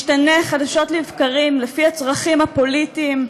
משתנה חדשות לבקרים לפי הצרכים הפוליטיים.